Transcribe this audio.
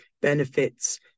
benefits